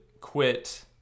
quit